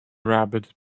rabbit